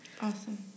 awesome